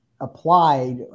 applied